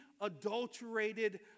adulterated